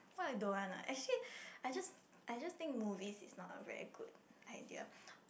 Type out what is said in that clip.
what I don't want ah actually I just I just think movie is not a very good idea